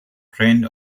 trend